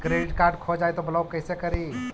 Credit card खो जाए तो ब्लॉक कैसे करी?